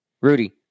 Rudy